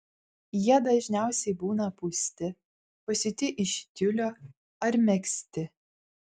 jie dažniausiai būna pūsti pasiūti iš tiulio ar megzti